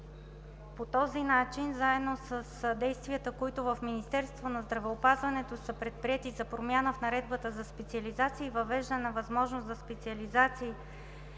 По този начин, заедно с действията, които в Министерството на здравеопазването са предприети по промяна на наредбата за специализации и въвеждане на възможност за специализации